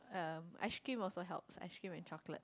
um ice-cream also helps ice-cream and chocolates